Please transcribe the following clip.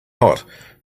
hot